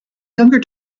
younger